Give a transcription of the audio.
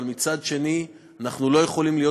אבל מצד שני אנחנו לא יכולים להיות